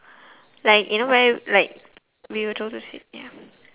like you know where like we were told to sit yeah